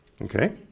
Okay